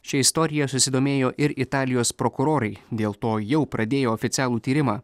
šia istorija susidomėjo ir italijos prokurorai dėl to jau pradėjo oficialų tyrimą